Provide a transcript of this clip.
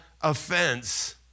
offense